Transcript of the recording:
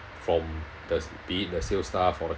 from the be it sales staff or